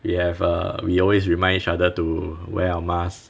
you have err we always remind each other to wear our mask